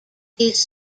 these